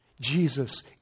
Jesus